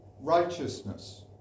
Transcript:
righteousness